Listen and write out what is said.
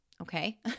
Okay